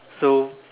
so